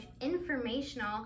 informational